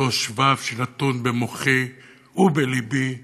אותו שבב שנתון במוחי ובלבי,